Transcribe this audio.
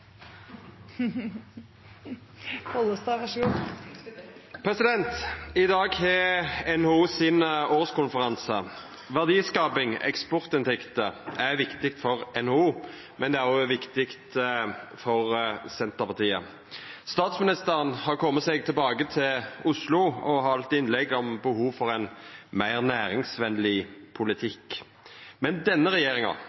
I dag har NHO årskonferansen sin. Verdiskaping, eksportinntekter er viktig for NHO, men det er også viktig for Senterpartiet. Statsministeren har kome seg tilbake til Oslo og har halde innlegg om behov for ein meir næringsvenleg